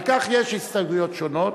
על כך יש הסתייגויות שונות.